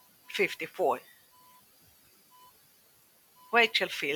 53-54. " ריצ'ל פילד,